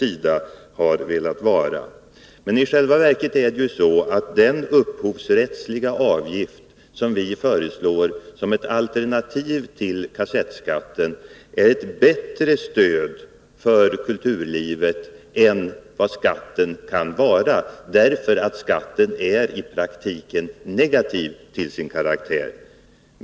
I själva verket är det så att den upphovsrättsliga avgift som vi föreslår som ett alternativ till kassettskatten är ett bättre stöd för kulturlivet än vad skatten kan vara. Skatten är i praktiken negativ till sin karaktär.